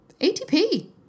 ATP